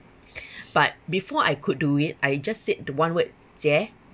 but before I could do it I just said the one word jie